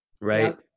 Right